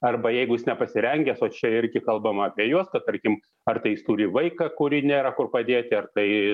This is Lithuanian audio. arba jeigu jis nepasirengęs o čia irgi kalbama apie juos kad tarkim ar tai jis turi vaiką kurį nėra kur padėti ar tai